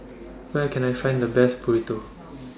Where Can I Find The Best Burrito